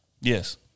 Yes